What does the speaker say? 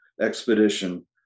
expedition